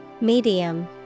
medium